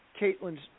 Caitlin's